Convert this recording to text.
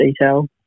detail